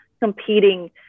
competing